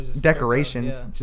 decorations